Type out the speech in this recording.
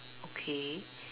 okay